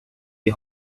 die